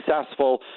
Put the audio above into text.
successful